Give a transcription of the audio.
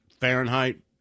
Fahrenheit